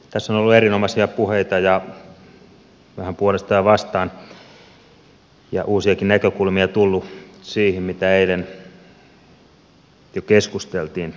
tässä on ollut erinomaisia puheita vähän puolesta ja vastaan ja uusiakin näkökulmia on tullut siihen mitä eilen jo keskusteltiin ja kuultiin